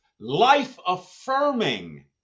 life-affirming